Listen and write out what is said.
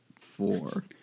four